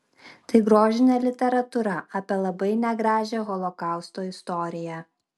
tai grožinė literatūra apie labai negražią holokausto istoriją